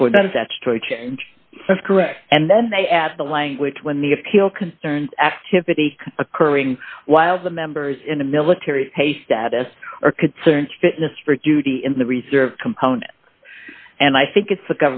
before does that story change that's correct and then they add the language when the appeal concerns activity occurring while the members in a military pay status are concerned fitness for duty in the reserve component and i think it's the